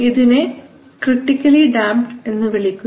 ഇതിനെ critically damped എന്നു വിളിക്കുന്നു